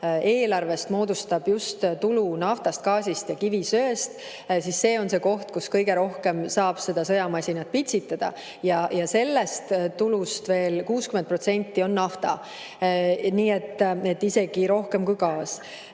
eelarvest moodustab just tulu naftast, gaasist ja kivisöest, siis see on see koht, mille kaudu kõige rohkem saab seda sõjamasinat pitsitada. Sellest tulust omakorda 60% on nafta, nii et isegi rohkem kui